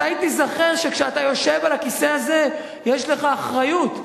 מתי תיזכר שכאשר אתה יושב על הכיסא הזה יש לך אחריות,